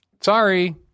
Sorry